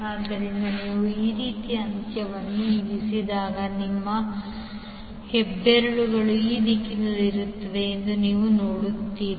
ಆದ್ದರಿಂದ ನೀವು ಈ ರೀತಿ ಅಂತ್ಯವನ್ನು ಇರಿಸಿದಾಗ ನಿಮ್ಮ ಹೆಬ್ಬೆರಳು ಈ ದಿಕ್ಕಿನಲ್ಲಿರುತ್ತದೆ ಎಂದು ನೀವು ನೋಡುತ್ತೀರಿ